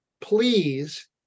please